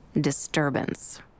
Disturbance